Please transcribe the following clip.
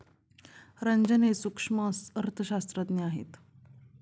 रंजन हे सूक्ष्म अर्थशास्त्रज्ञ आहेत